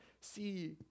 see